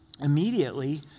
Immediately